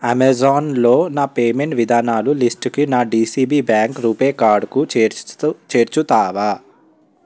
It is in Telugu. ఆమెజాన్లో నా పేమెంట్ విధానాలు లిస్టుకి నా డిసిబి బ్యాంక్ రూపే కార్డుకు చేరుస్తూ చేర్చుతావా